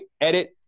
edit